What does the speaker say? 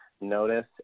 notice